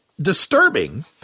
disturbing